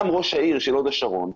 גם ראש העיר של הוד השרון,